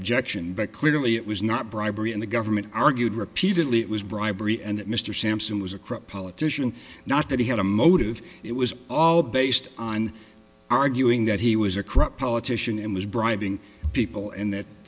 objection but clearly it was not bribery and the government argued repeatedly it was bribery and that mr sampson was a corrupt politician not that he had a motive it was all based on arguing that he was a corrupt politician and was bribing people and that